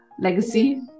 legacy